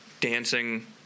dancing